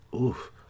Oof